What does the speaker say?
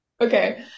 Okay